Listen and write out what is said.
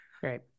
Great